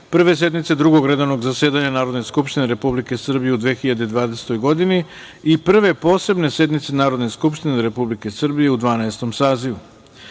sednice Drugog redovnog zasedanja Narodne skupštine Republike Srbije u 2020. godini, i Prve posebne sednice Narodne skupštine Republike Srbije u Dvanaestom